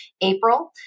April